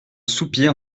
soupir